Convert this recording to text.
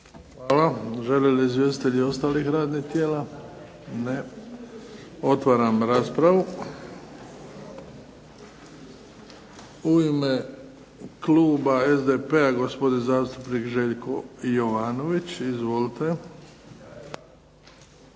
Hvala. Želi li izvjestitelji ostalih radnih tijela? Ne. Otvaram raspravu. U ime kluba SDP-a gospodin zastupnik Željko Jovanović. Izvolite.